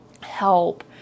help